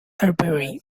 aubrey